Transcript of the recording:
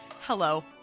Hello